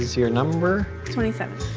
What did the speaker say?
your number? twenty seven